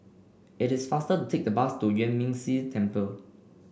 it is faster to take the bus to Yuan Ming Si Temple